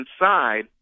inside